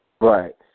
Right